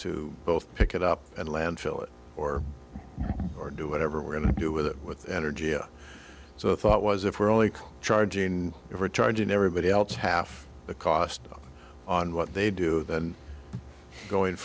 to both pick it up and landfill it or or do whatever we're going to do with it with energya so the thought was if we're only charging over charging everybody else half the cost on what they do then going